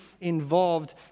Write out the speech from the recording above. involved